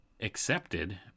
accepted